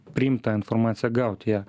priimt tą informaciją gauti ją